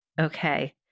Okay